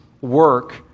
work